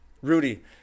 Rudy